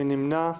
מי נמנע?